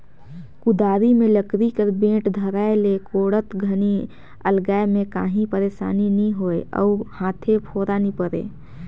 कुदारी मे लकरी कर बेठ धराए ले कोड़त घनी अलगाए मे काही पइरसानी नी होए अउ हाथे फोरा नी परे